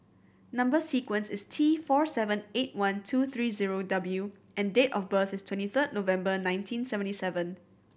number sequence is T four seven eight one two three zero W and date of birth is twenty third November nineteen seventy seven